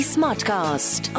Smartcast